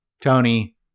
Tony